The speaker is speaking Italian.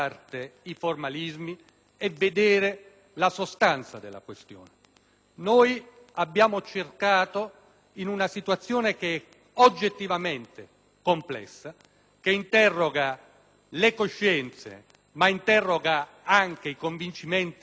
Noi abbiamo cercato, in una situazione che è oggettivamente complessa e interroga le coscienze ma anche i convincimenti politici più profondi, di agire con equilibrio,